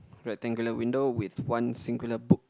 rectangular window with one singular book